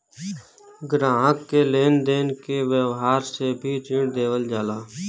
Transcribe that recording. ग्राहक के लेन देन के व्यावहार से भी ऋण देवल जाला